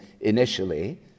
initially